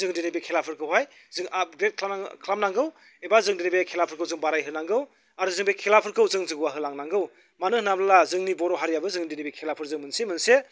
जों दिनै बे खेलाफोरखौहाय जों आपग्रेद खालामनांगौ एबा जों दिनै बे खेलाफोरखौ जों बाराय होनांगौ आरो जों बे खेलाफोरखौ जों जौगा होलांनांगौ मानो होन्ना बुङोब्ला जोंनि बर' हारियाबो जों दिनै बे खेलाफोरजों मोनसे मोनसे